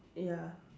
ya